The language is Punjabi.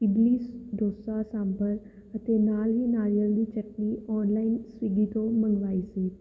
ਇਡਲੀ ਡੋਸਾ ਸਾਂਬਰ ਅਤੇ ਨਾਲ ਹੀ ਨਾਰੀਅਲ ਦੀ ਚਟਨੀ ਔਨਲਾਈਨ ਸਵਿਗੀ ਤੋਂ ਮੰਗਵਾਈ ਸੀ